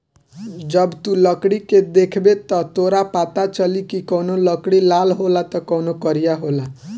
जब तू लकड़ी के देखबे त तोरा पाता चली की कवनो लकड़ी लाल होला त कवनो करिया होला